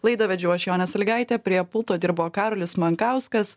laidą vedžiau aš jonė salygaitė prie pulto dirbo karolis mankauskas